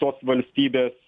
tos valstybės